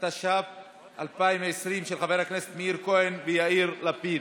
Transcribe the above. התש"ף 2020, של חברי הכנסת מאיר כהן ויאיר לפיד.